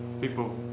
people